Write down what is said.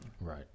Right